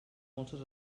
molses